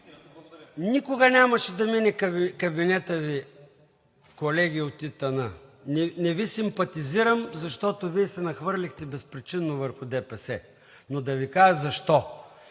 никога нямаше да мине кабинетът Ви, колеги от ИТН. Не Ви симпатизирам, защото Вие се нахвърлихте безпричинно върху ДПС, но да Ви кажа защо?